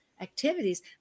activities